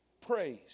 Praise